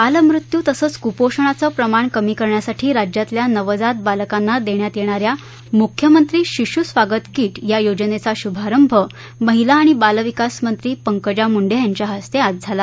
बालमृत्यू तसंच कुपोषणाचं प्रमाण कमी करण्यासाठी राज्यातल्या नवजात बालकांना देण्यात येणाऱ्या मुख्यमंत्री शिशू स्वागत कीट या योजनेचा शुभारंभ महिला आणि बालविकास मंत्री पंकजा मुंडे यांच्या हस्ते आज झाला